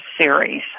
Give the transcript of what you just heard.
Series